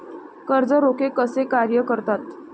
कर्ज रोखे कसे कार्य करतात?